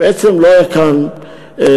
בעצם לא היה כאן אישור,